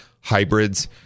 hybrids